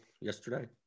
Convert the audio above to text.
yesterday